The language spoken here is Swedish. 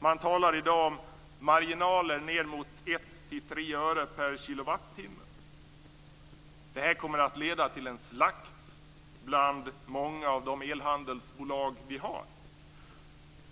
Man talar i dag om marginaler ned mot 1 till 3 öre per kilowattimme. Det kommer att leda till en slakt bland många elhandelsbolag.